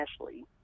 Ashley